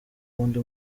w’undi